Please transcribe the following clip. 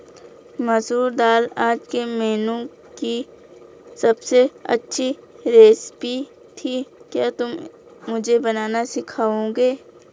मसूर दाल आज के मेनू की अबसे अच्छी रेसिपी थी क्या तुम मुझे बनाना सिखाओंगे?